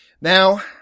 Now